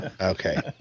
Okay